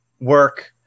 work